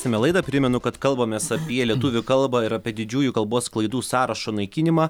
tęsiame laidą primenu kad kalbamės apie lietuvių kalbą ir apie didžiųjų kalbos klaidų sąrašo naikinimą